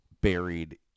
buried